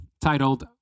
titled